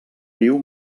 riu